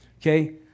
Okay